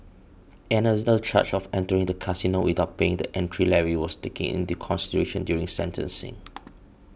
another charge of entering the casino without paying the entry levy was taken into consideration during sentencing